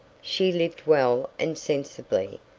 she lived well and sensibly,